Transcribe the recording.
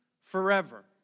forever